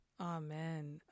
Amen